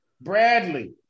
Bradley